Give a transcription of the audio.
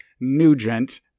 nugent